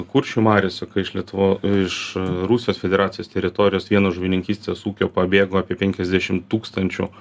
kuršių mariose kai iš lietuvo iš rusijos federacijos teritorijos vieno žuvininkystės ūkio pabėgo apie penkiasdešim tūkstančių